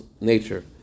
nature